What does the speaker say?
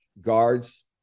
guards